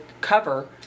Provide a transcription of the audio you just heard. cover